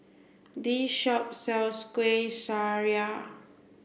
this shop sells Kueh Syara